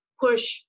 push